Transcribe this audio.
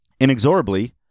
Inexorably